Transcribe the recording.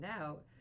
out